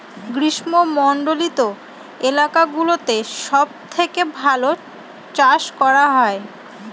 গ্রীষ্মমন্ডলীত এলাকা গুলোতে সব থেকে ভালো চাষ করা হয়